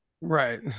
right